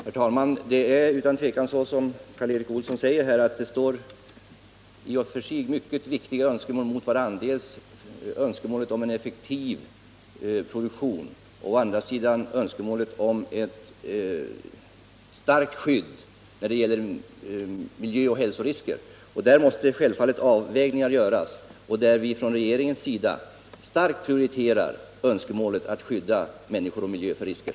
Herr talman! Det är utan tvivel så, som Karl Erik Olsson säger, att det i och för sig står mycket viktiga önskemål mot varandra: å ena sidan önskemålet om en effektiv produktion, å andra sidan önskemålet om ett starkt skydd mot miljöoch hälsorisker. Därvidlag måste självfallet avvägningar göras, och vi prioriterar från regeringens sida starkt önskemålet att skydda människor och miljö för risker.